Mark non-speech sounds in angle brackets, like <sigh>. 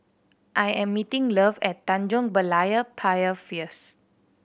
I am meeting Love at Tanjong Berlayer Pier <unintelligible>